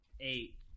eight